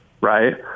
right